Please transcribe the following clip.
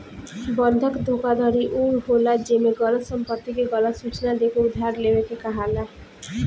बंधक धोखाधड़ी उ होला जेमे गलत संपत्ति के गलत सूचना देके उधार लेवे के कहाला